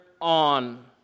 on